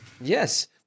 Yes